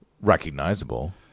recognizable